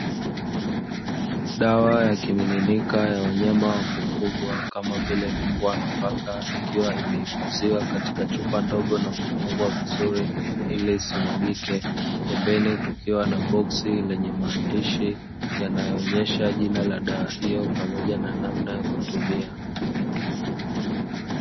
Dawa ya kimiminika ya wanyama wa kufugwa kama vile mbwa na paka ikiwa imehifadhiwa katika chupa ndogo na kufungwa vizuri ili isimwagike, pembeni kukiwa na boksi lenye maandishi, yanaloonyesha jina la dawa hiyo, pamoja na namna ya kutumia.